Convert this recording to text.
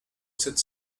sept